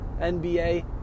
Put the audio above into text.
NBA